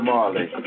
Marley